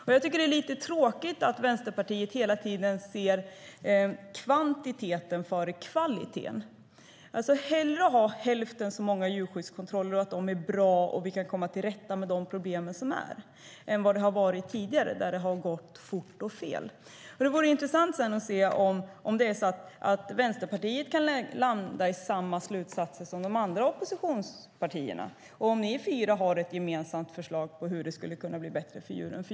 Jag tycker att det är lite tråkigt att Vänsterpartiet hela tiden låter kvantiteten gå före kvaliteten. Hellre att vi har hälften så många djurskyddskontroller som är bra och att vi kan komma till rätta med de problem som finns än att ha det som tidigare där det gick fort och fel. Det kommer att bli intressant att se om Vänsterpartiet kan landa i samma slutsatser som de andra oppositionspartierna, om de fyra har ett gemensamt förslag till hur det skulle kunna bli bättre för djuren.